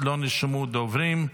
לא נרשמו דוברים.